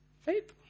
faith